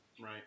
Right